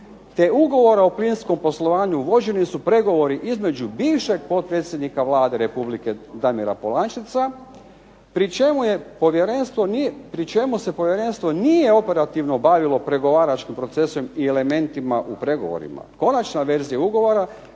Ugovora o plinskom poslovanju vođeni su pregovori između bivšeg potpredsjednika Vlade Republike Damira Polančeca pri čemu se povjerenstvo nije operativno bavilo pregovaračkim procesom i elementima u pregovorima, konačna verzija ugovora